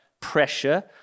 pressure